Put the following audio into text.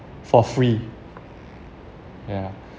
for free ya